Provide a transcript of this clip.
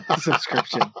subscription